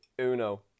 uno